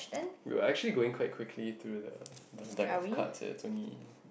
we are actually going quite quickly through the the decks of cards eh it's only